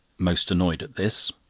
most annoyed at this.